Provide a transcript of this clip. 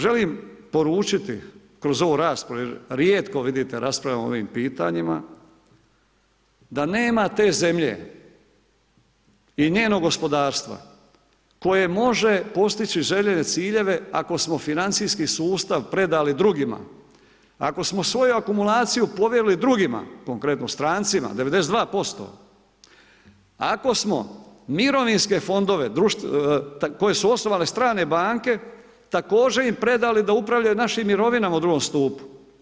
Želim poručiti kroz ovu raspravu jer rijetko vidite raspravljamo o ovim pitanjima da nema te zemlje i njenog gospodarstva koje može postići željene ciljeve ako smo financijski sustav predali drugima, ako smo svoju akumulaciju povjerili drugima, konkretno strancima 92%, ako smo mirovinske fondove koje su osnovale strane banke također im predali da upravljaju našim mirovinama u drugom stupu.